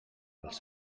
pels